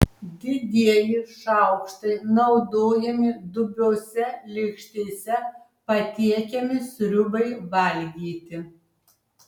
didieji šaukštai naudojami dubiose lėkštėse patiekiamai sriubai valgyti